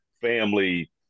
Family